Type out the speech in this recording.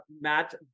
Matt